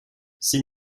s’il